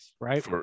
right